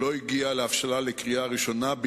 לא הגיע להבשלה לקריאה ראשונה,